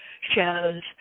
shows